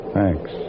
Thanks